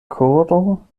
koro